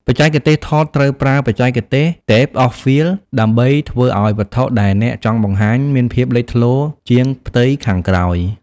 បច្ចេកទេសថតត្រូវប្រើបច្ចេកទេស Depth of Field ដើម្បីធ្វើឲ្យវត្ថុដែលអ្នកចង់បង្ហាញមានភាពលេចធ្លោជាងផ្ទៃខាងក្រោយ។